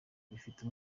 bifite